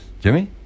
Jimmy